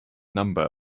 number